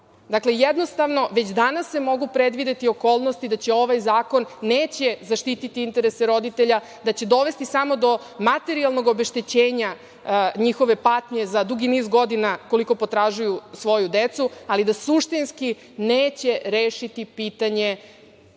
jednostavno, već danas se mogu predvideti okolnosti da ovaj zakon neće zaštiti interese roditelja, da će dovesti samo do materijalnog obeštećenja njihove patnje za dugi niz godina, koliko potražuju svoju decu, ali da suštinski neće rešiti pitanje